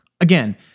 again